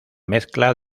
mezcla